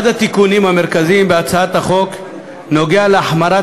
אחד התיקונים המרכזיים בהצעת החוק הוא החמרת